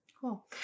Cool